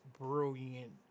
brilliant